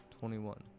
Twenty-one